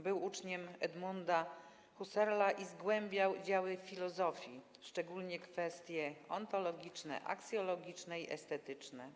Był uczniem Edmunda Husserla i zgłębiał działy filozofii, szczególnie kwestie ontologiczne, aksjologiczne i estetyczne.